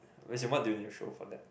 as in what do you need to show for that